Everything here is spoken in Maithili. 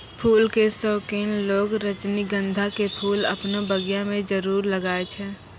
फूल के शौकिन लोगॅ रजनीगंधा के फूल आपनो बगिया मॅ जरूर लगाय छै